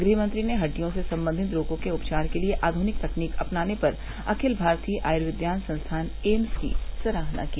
गहमंत्री ने हड्डियों से संबंधित रोगों के उपचार के लिए आधुनिक तकनीक अपनाने पर अखिल भारतीय आयुर्विज्ञान संस्थान एम्स की सराहना की